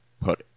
put